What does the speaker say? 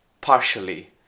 partially